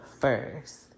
first